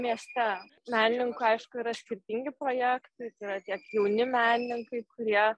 mieste menininkų aišku yra skirtingi projektai tai yra tiek jauni menininkai kurie